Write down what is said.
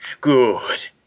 good